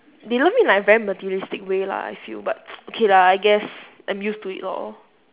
they love me like very materialistic way lah I feel but okay lah I guess I'm used to it lor